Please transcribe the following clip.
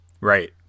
Right